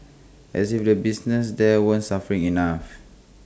as if the businesses there weren't suffering enough